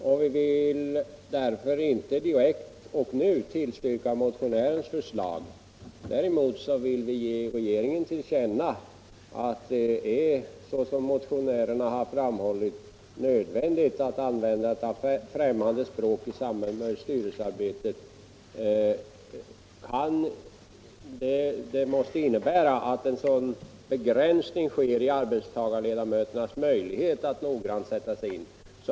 Vi vill av den anledningen inte direkt och nu tillstyrka motionärernas förslag. Däremot vill vi ge regeringen till känna att användandet av främmande språk i styrelsearbetet, såsom motionärerna framhållit, måste innebära en allvarlig begränsning i arbetstagarledamöternas möjlighet att noga sätta sig in i ärendena.